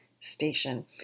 station